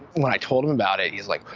when i told him about it, he was like,